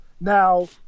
Now